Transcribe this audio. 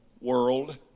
world